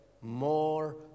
more